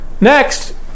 Next